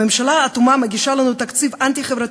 הממשלה האטומה מגישה לנו תקציב אנטי-חברתי,